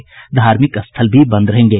सभी धार्मिक स्थल भी बंद रहेंगे